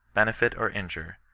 benefit or injure,